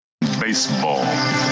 Baseball